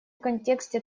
контексте